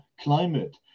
climate